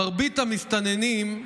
מרבית המסתננים,